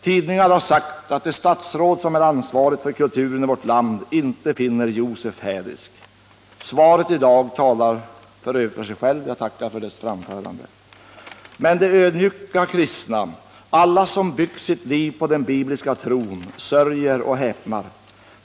Tidningar har sagt att det statsråd som är ansvarig för kulturen i vårt land inte finner ”Josef” hädisk — svaret i dag talar för sig självt. Jag tackar för dess framförande. Men de ödmjuka kristna, alla de som byggt sitt liv på den bibliska tron, sörjer och häpnar.